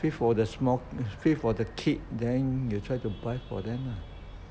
fit for the smol~ fit for the kid then you try to buy for them ah